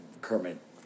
Kermit